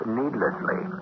needlessly